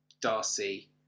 Darcy